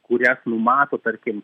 kurias numato tarkim